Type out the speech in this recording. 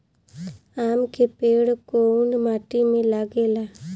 आम के पेड़ कोउन माटी में लागे ला?